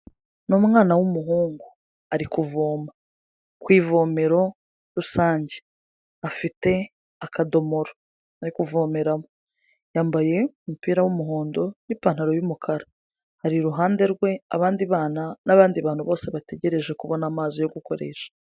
n'umwana w'umuhungu ari kuvoma kw'ivomero rusange, afite akadomoro ari kuvomeramo. Yambaye umupira w'umuhondo n'ipantaro y'umukara, hari iruhande rwe abandi bana n'abandi bantu bose bategereje kubona amazi yo gukoresha.